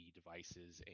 devices